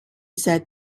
said